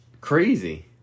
Crazy